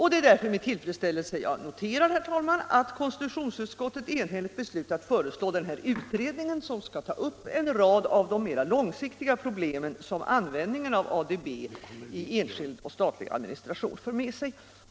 Det är därför med tillfredsställelse jag noterar att konstitutionsutskottet enhälligt har beslutat föreslå en utredning som skall ta upp en rad av de många långsiktiga problem som användningen av ADB i statlig och enskild administration för med sig.